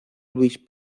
luis